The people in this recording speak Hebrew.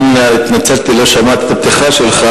התנצלתי שלא שמעתי את הפתיחה שלך,